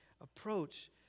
approach